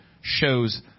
shows